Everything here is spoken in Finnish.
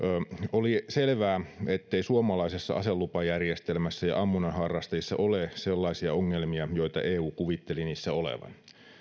oli selvää ettei suomalaisessa aselupajärjestelmässä ja ammunnan harrastajissa ole sellaisia ongelmia joita eu kuvitteli niissä olevan